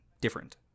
different